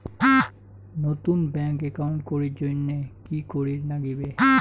নতুন bank account করির জন্যে কি করিব নাগিবে?